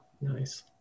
Nice